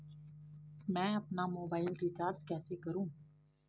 मैं अपना mobile recharge कैसे करूँ?